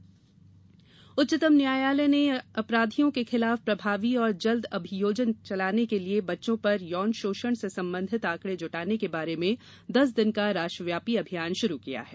न्यायालय अभियान उच्चतम न्यायालय ने अपराधियों के खिलाफ प्रभावी और जल्द अभियोजन चलाने के लिए बच्चों पर यौन शोषण से संबंधित आंकड़े जुटाने के बारे में दस दिन का राष्ट्रव्यापी अभियान शुरू किया है